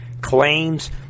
claims